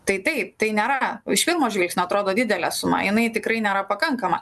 tai taip tai nėra iš pirmo žvilgsnio atrodo didelė suma jinai tikrai nėra pakankama